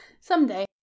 someday